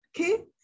Okay